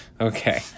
Okay